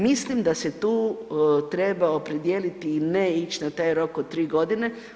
Mislim da se tu treba opredijeliti i ne ići na taj rok od 3 godine.